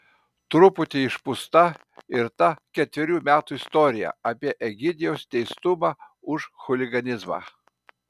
truputį išpūsta ir ta ketverių metų istorija apie egidijaus teistumą už chuliganizmą